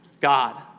God